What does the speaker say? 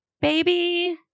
baby